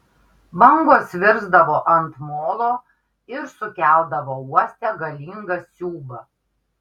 bangos virsdavo ant molo ir sukeldavo uoste galingą siūbą